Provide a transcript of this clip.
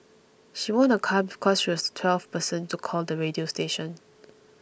she won a car because she was the twelfth person to call the radio station